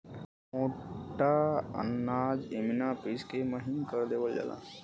मोटा अनाज इमिना पिस के महीन कर देवल जाला